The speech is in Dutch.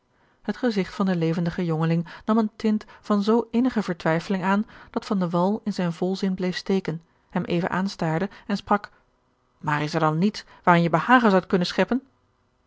het gezigt van den levendigen jongeling nam een tint van zoo innige vertwijfeling aan dat van de wall in zijn volzin bleef steken hem even aanstaarde en sprak maar is er dan niets waarin je behagen zoudt kunnen scheppen